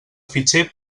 fitxer